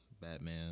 Batman